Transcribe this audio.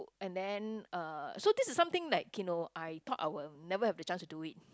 and then uh so this is something like you know I thought I will never have the chance to do it